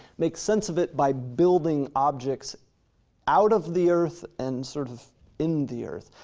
make sense of it by building objects out of the earth and sort of in the earth.